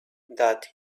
that